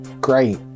great